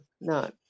No